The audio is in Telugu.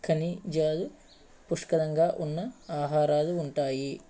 ఖనిజాలు పుష్కలంగా ఉన్న ఆహారాలు ఉంటాయి